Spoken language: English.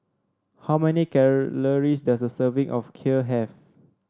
how many calories does a serving of Kheer have